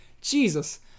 Jesus